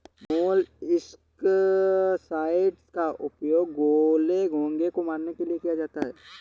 molluscicides का उपयोग गोले, घोंघे को मारने के लिए किया जाता है